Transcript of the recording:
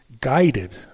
guided